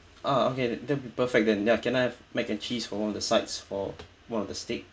ah okay that'll be perfect then ya can I have macaroni and cheese for one of the sides for one of the steaks